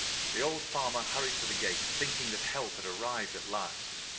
the old farmer hurried to the gate thinking that help had arrived at last.